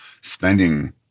spending